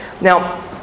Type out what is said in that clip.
Now